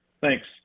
Thanks